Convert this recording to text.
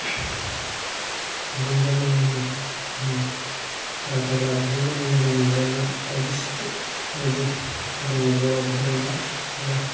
बिहामजो मंग्लिनि जारा फाग्ला बिहामजो मंग्लि नागिरनाय बायदि बायदि दङ बर' धोरोमाव एबा